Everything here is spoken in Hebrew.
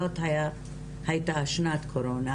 זאת הייתה שנת קורונה,